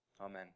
Amen